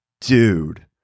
Dude